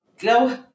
Go